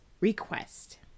request